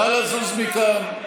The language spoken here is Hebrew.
נא לזוז מכאן.